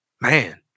Man